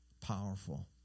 powerful